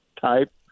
type